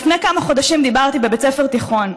לפני כמה חודשים דיברתי בבית ספר תיכון.